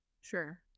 Sure